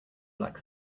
black